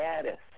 status